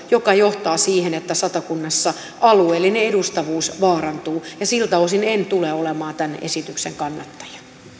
joka johtaa siihen että satakunnassa alueellinen edustavuus vaarantuu ja siltä osin en tule olemaan tämän esityksen kannattaja